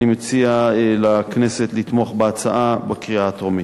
אני מציע לכנסת לתמוך בהצעה בקריאה הטרומית.